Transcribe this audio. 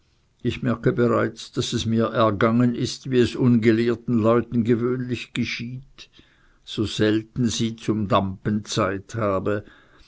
ich merke bereits daß es mir gegangen ist wie es ungelehrten leuten gewöhnlich geschieht je seltener sie zum tampen zeit haben